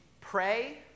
Pray